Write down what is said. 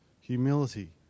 humility